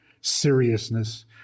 seriousness